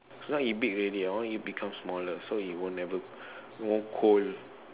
so now it big already I want it became smaller so it would never won't cold